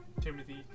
Timothy